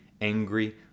angry